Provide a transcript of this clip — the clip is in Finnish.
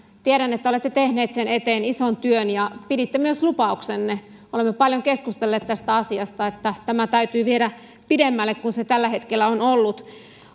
tiedän että olette tehnyt sen eteen ison työn ja piditte myös lupauksenne olemme paljon keskustelleet tästä asiasta että tämä täytyy viedä pidemmälle kuin se tällä hetkellä on ollut